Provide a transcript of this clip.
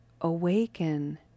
awaken